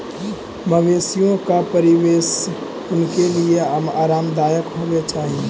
मवेशियों का परिवेश उनके लिए आरामदायक होवे चाही